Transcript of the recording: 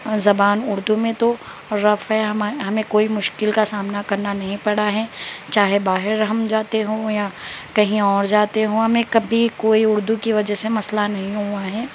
زبان اردو میں تو رف ہے ہمیں کوئی مشکل کا سامنا کرنا نہیں پڑا ہے چاہے باہر ہم جاتے ہوں یا کہیں اور جاتے ہوں ہمیں کبھی کوئی اردو کی وجہ سے مسئلہ نہیں ہوا ہے